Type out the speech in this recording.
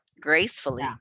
gracefully